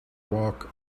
walk